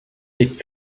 legt